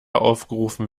aufgerufen